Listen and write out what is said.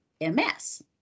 MS